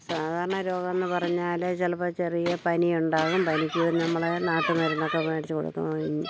സാധാരണ രോഗം എന്നു പറഞ്ഞാൽ ചിലപ്പോൾ ചെറിയ പനിയുണ്ടാകും പനിക്ക് നമ്മളെ നാട്ടു മരുന്നൊക്കെ മേടിച്ചു കൊടുക്കും